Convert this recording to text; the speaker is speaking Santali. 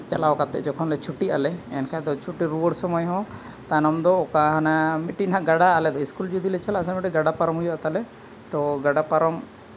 ᱪᱟᱞᱟᱣ ᱠᱟᱛᱮ ᱡᱚᱠᱷᱚᱱ ᱞᱮ ᱪᱷᱩᱴᱤᱜ ᱟᱞᱮ ᱮᱱᱠᱷᱟᱱ ᱫᱚ ᱪᱷᱩᱴᱤ ᱨᱩᱣᱟᱹᱲ ᱥᱚᱢᱚᱭ ᱦᱚᱸ ᱛᱟᱭᱱᱚᱢ ᱫᱚ ᱚᱠᱟ ᱚᱱᱟ ᱢᱤᱫᱴᱤᱱ ᱜᱟᱰᱟ ᱟᱞᱮ ᱫᱚ ᱥᱠᱩᱞ ᱡᱩᱫᱤᱞᱮ ᱪᱟᱞᱟᱜᱼᱟ ᱥᱮ ᱜᱟᱰᱟ ᱯᱟᱨᱚᱢ ᱦᱩᱭᱩᱜᱼᱟ ᱛᱟᱞᱮ ᱛᱳ ᱜᱟᱰᱟ ᱯᱟᱨᱚᱢ